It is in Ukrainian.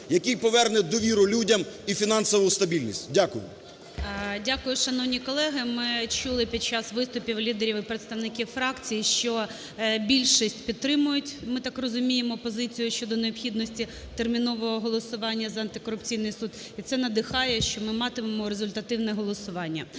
Ради України ГЕРАЩЕНКО І.В. 10:33:14 ГОЛОВУЮЧИЙ. Дякую, шановні колеги. Ми чули під час виступів лідерів і представників фракцій, що більшість підтримують, ми так розуміємо, позицію щодо необхідності термінового голосування за антикорупційний суд. І це надихає, що ми матимемо результативне голосування.